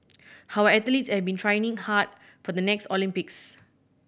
our athletes have been training hard for the next Olympics